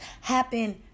happen